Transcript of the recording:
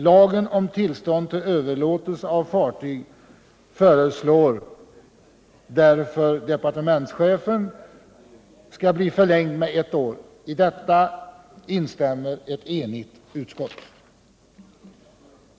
Departementschefen föreslår därför att lagen om tillstånd till överlåtelse av fartyg skall förlängas med ett år. I detta instämmer ett enigt utskott.